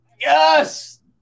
Yes